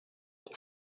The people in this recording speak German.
der